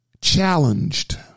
challenged